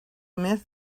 miss